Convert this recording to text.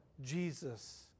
Jesus